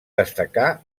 destacar